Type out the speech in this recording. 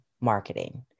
marketing